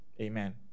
Amen